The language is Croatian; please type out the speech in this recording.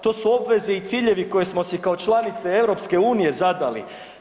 To su obveze i ciljevi koje smo si kao članice EU zadali.